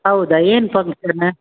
ಹೌದಾ ಏನು ಫಂಕ್ಷನ್